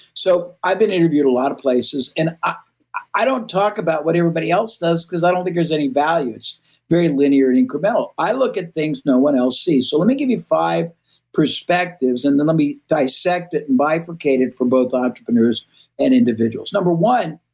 so, i've been interviewed a lot of places, and i i don't talk about what everybody else does, because i don't think there's any value. it's very linear and incremental. i look at things no one else sees. so, let me give you five perspectives, and then let me dissect it and bifurcate it for both entrepreneurs and individuals. number one,